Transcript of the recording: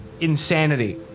insanity